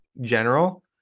General